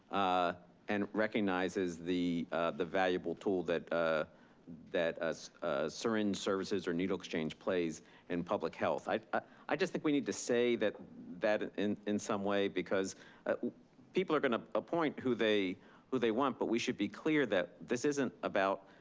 ah and recognizes the the valuable tool that ah that syringe services or needle exchange plays in public health. i i just think that we need to say that that in in some way. because people are gonna appoint who they who they want. but we should be clear that this isn't about